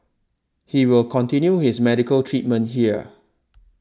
he will continue his medical treatment here